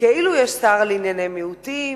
כאילו יש שר לענייני מיעוטים,